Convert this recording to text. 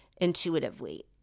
intuitively